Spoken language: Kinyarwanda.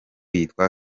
yitwa